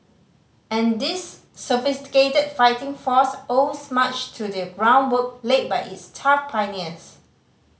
and this sophisticated fighting force owes much to the groundwork laid by its tough pioneers